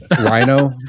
Rhino